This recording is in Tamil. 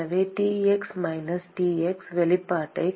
எனவே Tx மைனஸ் Ts வெளிப்பாட்டை